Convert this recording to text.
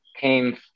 came